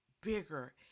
bigger